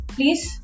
Please